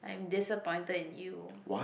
I'm disappointed in you